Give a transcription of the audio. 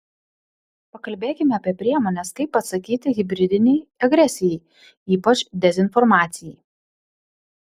pakalbėkime apie priemones kaip atsakyti hibridinei agresijai ypač dezinformacijai